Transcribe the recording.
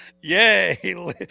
Yay